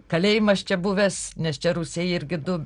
kalėjimas čia buvęs nes čia rūsiai irgi du